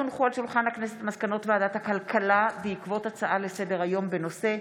ישראל אייכלר, מיכל שיר סגמן ותהלה פרידמן בנושא: